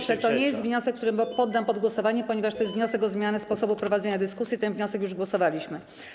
Panie pośle, to nie jest wniosek, który poddam pod głosowanie, ponieważ to jest wniosek o zmianę sposobu prowadzenia dyskusji, a nad tym wnioskiem już głosowaliśmy.